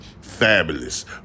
fabulous